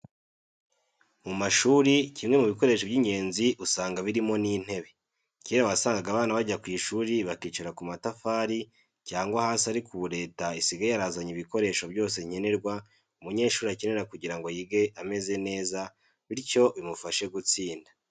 Mu mashuri kimwe mu bikoresho by'ingenzi usanga birimo n'intebe. Kera wasangaga abana bajya kwiga bakicara ku matafari cyangwa hasi ariko ubu Leta isigaye yarazanye ibikoresho byose nkenerwa umunyeshuri akenera kugira ngo yige ameze neza bityo bimufashe gutsinda.